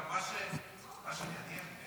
עכשיו, מה שמעניין זה